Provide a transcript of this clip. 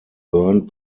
burned